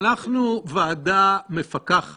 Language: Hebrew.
נבנה גשר עץ בזמנו,